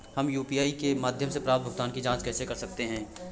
हम यू.पी.आई के माध्यम से प्राप्त भुगतान की जॉंच कैसे कर सकते हैं?